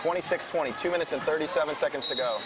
twenty six twenty two minutes and thirty seven seconds to go